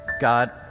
God